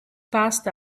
passed